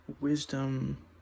wisdom